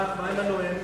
מה עם הנואם?